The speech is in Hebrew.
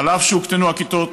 אף שהוקטנו הכיתות,